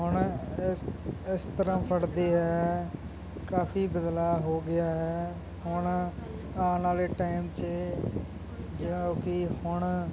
ਹੁਣ ਇਸ ਇਸ ਤਰ੍ਹਾਂ ਫੜਦੇ ਹੈ ਕਾਫੀ ਬਦਲਾਅ ਹੋ ਗਿਆ ਹੁਣ ਆਉਣ ਵਾਲੇ ਟਾਈਮ 'ਚ ਜੋ ਕਿ ਹੁਣ